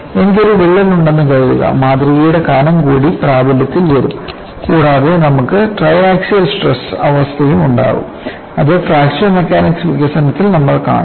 എനിക്ക് ഒരു വിള്ളൽ ഉണ്ടെന്ന് കരുതുക മാതൃകയുടെ കനം കൂടി പ്രാബല്യത്തിൽ വരും കൂടാതെ നമുക്ക് ട്രയാക്സിയൽ സ്ട്രെസ് അവസ്ഥയും ഉണ്ടാകും അത് ഫ്രാക്ചർ മെക്കാനിക്സ് വികസനത്തിൽ നമ്മൾ കാണും